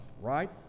right